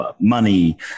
money